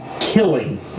killing